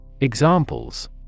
Examples